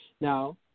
Now